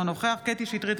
אינו נוכח קטי קטרין שטרית,